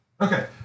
Okay